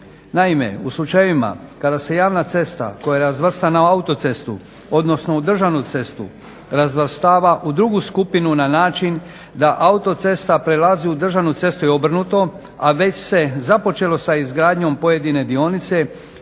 Naime, u slučajevima kada se javna cesta koja je razvrstana u autocestu, odnosno u državnu cestu razvrstava u drugu skupinu na način da autocesta prelazi u državnu cestu i obrnuto, a već se započelo sa izgradnjom pojedine dionice